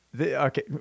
okay